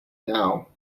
now